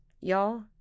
Y'all